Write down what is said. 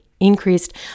Increased